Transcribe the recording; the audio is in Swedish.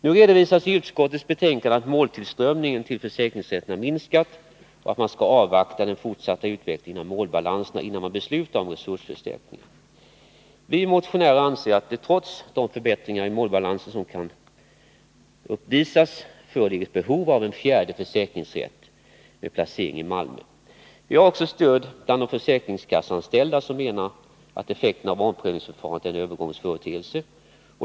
Nu redovisas i utskottets betänkande att måltillströmningen till försäkringsrätterna har minskat och att man skall avvakta den fortsatta utvecklingen av målbalanserna, innan man beslutar om resursförstärkningar. Vi motionärer anser att det trots de förbättringar i målbalanserna som har uppvisats föreligger ett behov av en fjärde försäkringsrätt med placering i Malmö. Vi har också stöd bland de försäkringskasseanställda, som menar att effekten av omprövningsförfarandet är en övergångsföreteelse.